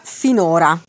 finora